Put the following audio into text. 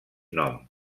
nom